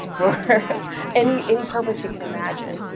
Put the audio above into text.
for any any purpose you can imagine.